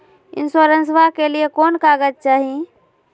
इंसोरेंसबा के लिए कौन कागज चाही?